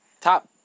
top